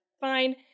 fine